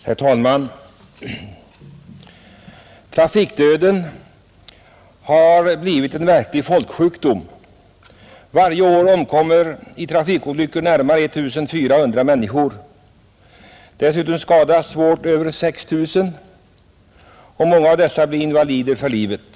Herr talman! Trafikdöden har blivit en verklig folksjukdom. Varje år omkommer i trafikolyckor närmare 1 400 människor. Dessutom skadas svårt över 6 000 och många av dessa blir invalider för livet.